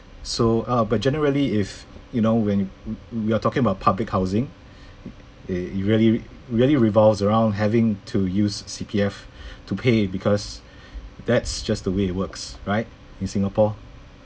so uh but generally if you know when y~ y~ you are talking about public housing uh really really revolves around having to use C_P_F to pay because that's just the way it works right in singapore